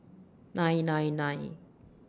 nine nine nine